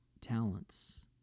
talents